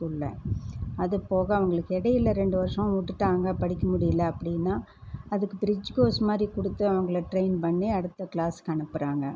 ஸ்கூலில் அது போக அவர்களுக்கு இடைல ரெண்டு வருஷம் விட்டுட்டாங்க படிக்க முடியல அப்படினால் அதுக்கு ப்ரிட்ஜ் கோர்ஸ் மாதிரி கொடுத்து அவங்கள ட்ரைன் பண்ணி அடுத்த க்ளாஸ்க்கு அனுப்புகிறாங்க